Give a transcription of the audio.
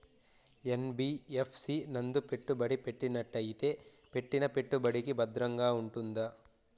NBFC నందు పెట్టుబడి పెట్టినట్టయితే పెట్టిన పెట్టుబడికి భద్రంగా ఉంటుందా?